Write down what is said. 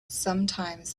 sometimes